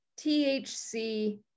thc